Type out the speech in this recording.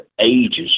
ages